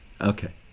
Okay